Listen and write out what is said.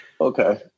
Okay